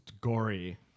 gory